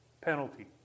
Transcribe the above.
penalty